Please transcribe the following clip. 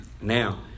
Now